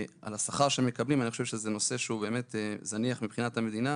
השכר שהם מקבלים אני חושב שזה נושא שהוא באמת זניח מבחינת המדינה,